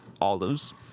olives